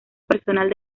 personal